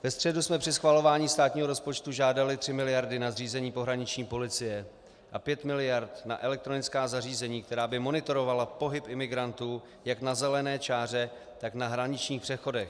Ve středu jsme při schvalování státního rozpočtu žádali tři miliardy na zřízení pohraniční policie a pět miliard na elektronická zařízení, která by monitorovala pohyb imigrantů jak na zelené čáře, tak na hraničních přechodech.